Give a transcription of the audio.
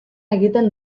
egiten